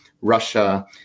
Russia